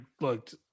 looked